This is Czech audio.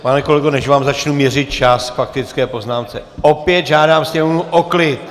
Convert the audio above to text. Pane kolego, než vám začnu měřit čas k faktické poznámce, opět žádám sněmovnu o klid!